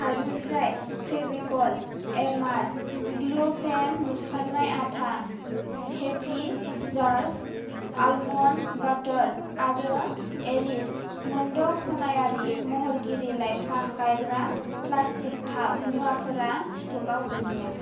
कार्टनिफ्राय Fevicol MR glue pen नुस्रांनाय आथा हेपि जार्स आलमन्ड बाटार आरो एरिस्ट' मोनद' खनायारि महरगिरि लाइफां गायग्रा प्लासटिक टाब मुवाफोरा स्टकयाव गैलिया